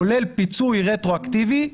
כולל פיצוי רטרואקטיבי.